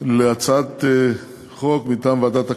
להצעת חוק מטעם ועדת הכנסת,